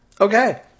Okay